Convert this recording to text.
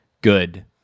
good